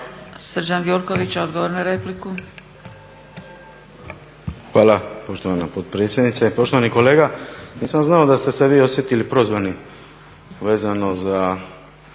**Gjurković, Srđan (HNS)** Hvala poštovana potpredsjednice. Poštovani kolega nisam znao da ste se vi osjetili prozvanim vezano za